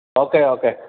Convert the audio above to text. okay okay